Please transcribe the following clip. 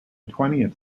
twentieth